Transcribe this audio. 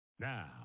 Now